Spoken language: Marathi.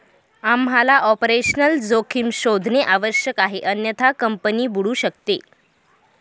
आम्हाला ऑपरेशनल जोखीम शोधणे आवश्यक आहे अन्यथा कंपनी बुडू शकते